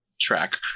track